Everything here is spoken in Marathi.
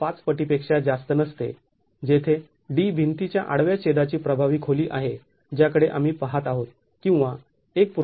५ पटी पेक्षा जास्त नसते जेथे d भिंतीच्या आडव्या छेदाची प्रभावी खोली आहे ज्याकडे आम्ही पाहत आहोत किंवा १